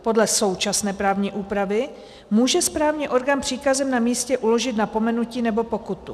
Podle současné právní úpravy může správní orgán příkazem na místě uložit napomenutí nebo pokutu.